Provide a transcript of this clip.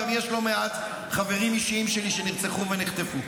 יש גם לא מעט חברים אישיים שלי שנרצחו ונחטפו.